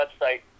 website